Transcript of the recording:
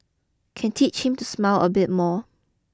can teach him to smile a bit more